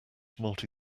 multi